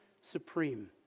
supreme